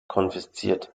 konfisziert